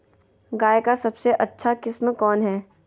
गाय का सबसे अच्छा किस्म कौन हैं?